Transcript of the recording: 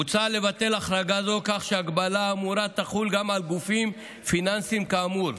מוצע לבטל החרגה זו כך שההגבלה האמורה תחול גם על גופים פיננסיים כאמור,